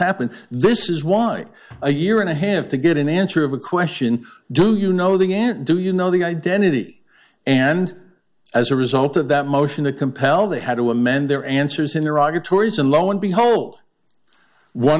happen this is why a year and a half to get an answer of a question do you know the gant do you know the identity and as a result of that motion to compel they had to amend their answers in iraq or tories and lo and behold one